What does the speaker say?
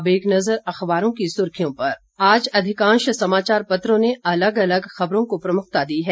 अब एक नजर अखबारों की सुर्खियों पर आज अधिकांश समाचापत्रों ने अलग अलग खबरों को प्रमुखता दी है